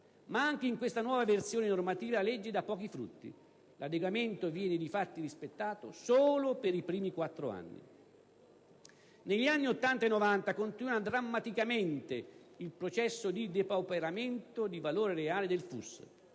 Ma anche in questa nuova versione normativa la legge da pochi frutti. L'adeguamento viene difatti rispettato solo per i primi 4 anni. Negli anni '80 e '90 continua drammaticamente il processo di depauperamento di valore reale del FUS.